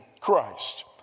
Christ